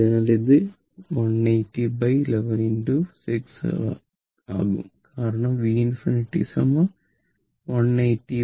അതിനാൽ ഇത് 18011 6 ആകും കാരണം v∞ 18011